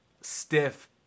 stiff